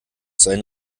sein